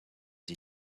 die